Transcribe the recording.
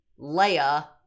leia